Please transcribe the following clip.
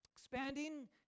Expanding